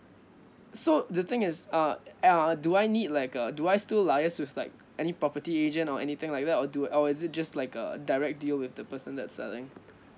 so the thing is uh l uh do I need like uh do I still liaise with like any property agent or anything like that or do or is it just like a direct deal with the person that's selling